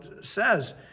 says